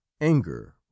anger